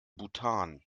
bhutan